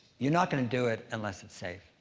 you're not gonna do it unless it's safe.